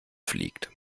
fliegt